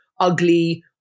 ugly